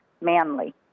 manly